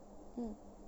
mm